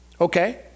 Okay